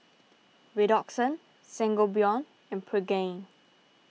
Redoxon Sangobion and Pregain